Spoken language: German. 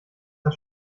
das